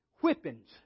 whippings